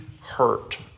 hurt